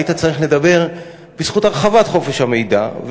היית צריך לדבר בזכות הרחבת חופש המידע.